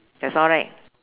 that's all right